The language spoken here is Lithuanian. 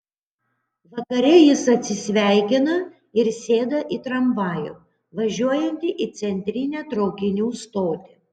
vakare jis atsisveikina ir sėda į tramvajų važiuojantį į centrinę traukinių stotį